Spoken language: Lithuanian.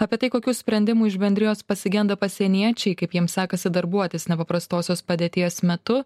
apie tai kokių sprendimų iš bendrijos pasigenda pasieniečiai kaip jiems sekasi darbuotis nepaprastosios padėties metu